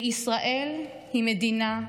וישראל היא מדינה,